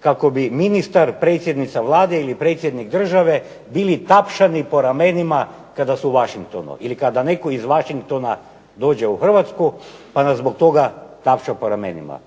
kako bi ministar, predsjednica Vlade ili predsjednik države bili tapšani po ramenima kada su u Washingtonu ili kada netko iz Washingtona dođe u Hrvatsku pa nas zbog toga tapša po ramenima